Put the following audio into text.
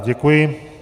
Děkuji.